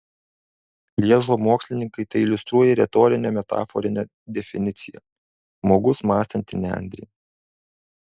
lježo mokslininkai tai iliustruoja retorine metaforine definicija žmogus mąstanti nendrė